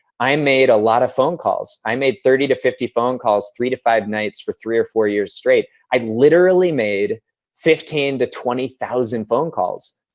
i made a lot of phone calls. i made thirty to fifty phone calls three to five nights for three or four years straight. i literally made fifteen thousand to twenty thousand phone calls.